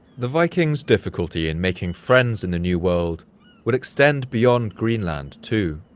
the vikings' difficulty in making friends in the new world would extend beyond greenland, too.